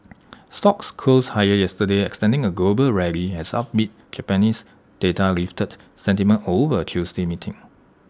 stocks closed higher yesterday extending A global rally as upbeat Japanese data lifted sentiment over Tuesday meeting